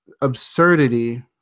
absurdity